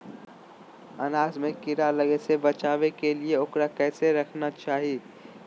अनाज में कीड़ा लगे से बचावे के लिए, उकरा कैसे रखना चाही?